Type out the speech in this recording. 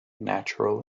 natural